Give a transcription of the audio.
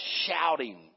shouting